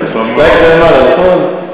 זה למעלה, נכון?